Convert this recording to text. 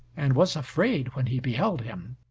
and was afraid when he beheld him.